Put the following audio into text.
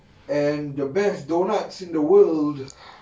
and the best donuts in the world